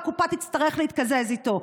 והקופה תצטרך להתקזז איתו.